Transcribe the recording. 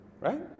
Right